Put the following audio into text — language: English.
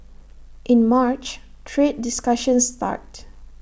in March trade discussions start